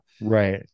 Right